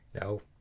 no